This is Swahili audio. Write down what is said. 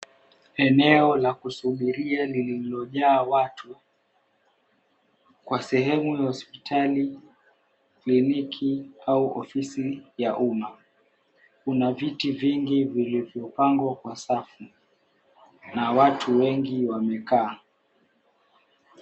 Eneo la kusubiria liliojaa watu kwa sehemu ya hosipitali, kliniki au ofisi ya umma. Kuna viti vingi vilivyopangwa kwa safu na watu wengi wamekaa.